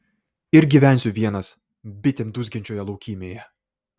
ir gyvensiu vienas bitėm dūzgiančioje laukymėje